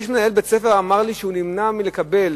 מנהל בית-ספר אמר לי שהוא נמנע מלקבל